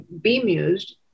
bemused